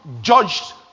judged